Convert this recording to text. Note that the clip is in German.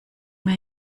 mir